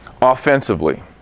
Offensively